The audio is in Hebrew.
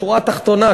בשורה התחתונה,